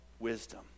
Wisdom